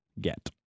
get